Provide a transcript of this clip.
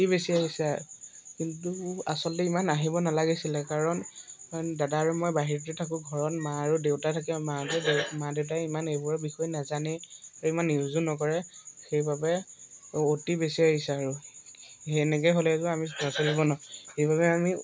অতি বেছি আহিছে কিন্তু আচলতে ইমান আহিব নালাগিছিলে কাৰণ দাদা আৰু মই বাহিৰতে থাকোঁ ঘৰত মা আৰু দেউতা থাকে মা দেউতাই মা দেউতাই ইমান এইবোৰৰ বিষয়ে নাজানেই আৰু ইমান ইউজো নকৰে সেইবাবে অতি বেছি আহিছে আৰু সেনেকে হ'লেতো আমি নচলিব ন সেইবাবে আমি